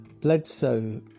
Bledsoe